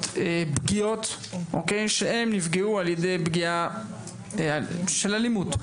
פגיעות שהן נפגעו על ידי פגיעה של אלימות.